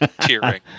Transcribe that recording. tearing